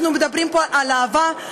אנחנו מדברים פה על אהבה,